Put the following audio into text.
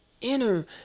inner